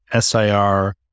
SIR